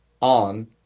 on